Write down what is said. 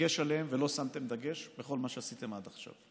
דגש עליהן ולא שמתם עליהן דגש בכל מה שעשיתם עד עכשיו: